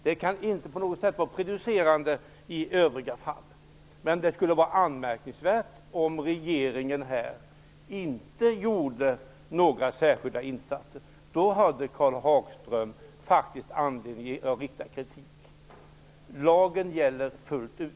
Det kan inte på något sätt vara prejudicerande i övriga fall, men det skulle vara anmärkningsvärt om regeringen här inte gjorde några särskilda insatser. Då hade Karl Hagström faktiskt anledning att framföra kritik. Lagen gäller fullt ut.